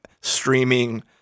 streaming